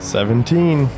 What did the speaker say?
Seventeen